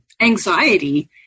anxiety